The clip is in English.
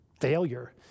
failure